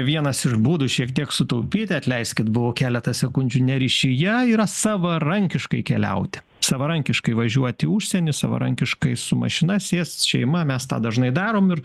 vienas iš būdų šiek tiek sutaupyti atleiskit buvo keletą sekundžių ne ryšyje yra savarankiškai keliauti savarankiškai važiuoti į užsienį savarankiškai su mašina sės šeima mes tą dažnai darom ir